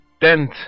tenth